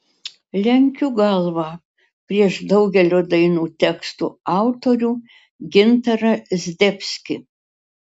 lenkiu galvą prieš daugelio dainų tekstų autorių gintarą zdebskį